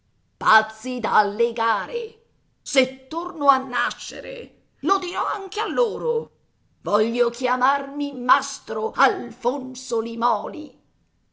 pazzi da legare se torno a nascere lo dirò anche a loro voglio chiamarmi mastro alfonso limòli